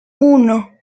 uno